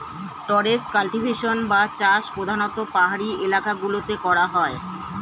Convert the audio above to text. terrace cultivation বা চাষ প্রধানতঃ পাহাড়ি এলাকা গুলোতে করা হয়